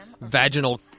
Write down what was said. vaginal